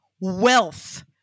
wealth